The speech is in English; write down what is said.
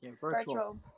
Virtual